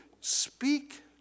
speak